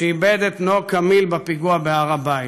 שאיבד את בנו כמיל בפיגוע בהר הבית,